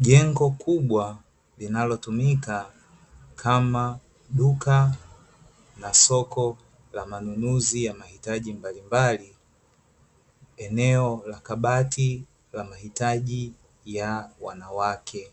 Jengo kubwa linalotumika kama duka na soko la manunuzi ya mahitaji mbalimbali, eneo la kabati la mahitaji ya wanawake